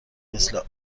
مثل